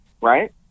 right